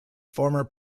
former